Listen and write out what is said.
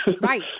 Right